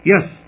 Yes